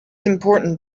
important